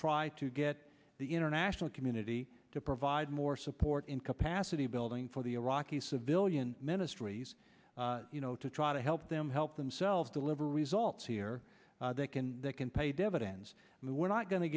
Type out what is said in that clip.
try to get the international community to provide more support in capacity building for the iraqi civilian ministries you know to try to help them help themselves deliver results here they can they can pay dividends and we're not going to